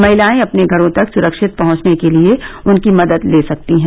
महिलाएं अपने घरों तक सुरक्षित पहुंचने के लिए उनकी मदद ले सकती हैं